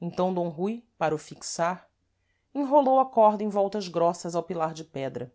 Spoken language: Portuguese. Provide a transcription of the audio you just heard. então d rui para o fixar enrolou a corda em voltas grossas ao pilar de pedra